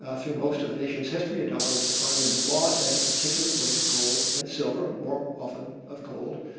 ah through most of the nation's history, a dollar was defined under law as a particular weight of gold and silver, more often of gold,